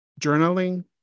journaling